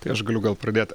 tai aš galiu gal pradėt